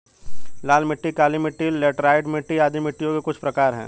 लाल मिट्टी, काली मिटटी, लैटराइट मिट्टी आदि मिट्टियों के कुछ प्रकार है